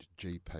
GP